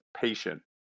patient